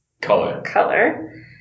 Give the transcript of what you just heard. Color